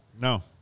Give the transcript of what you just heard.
No